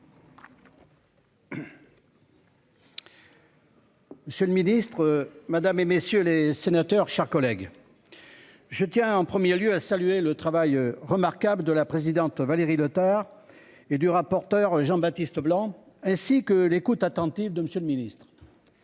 Seule ministre Madame et messieurs les sénateurs, chers collègues. Je tiens en 1er lieu a salué le travail remarquable de la présidente Valérie Lothar et du rapporteur Jean-Baptiste Blanc ainsi que l'écoute attentive de Monsieur le Ministre.